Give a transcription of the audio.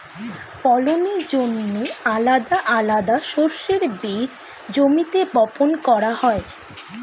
ফলনের জন্যে আলাদা আলাদা শস্যের বীজ জমিতে বপন করা হয়